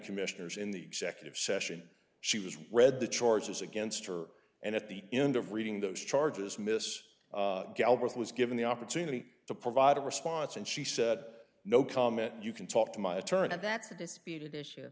commissioners in the executive session she was read the charges against her and at the end of reading those charges miss galbraith was given the opportunity to provide a response and she said no comment you can talk to my attorney that's the disputed issue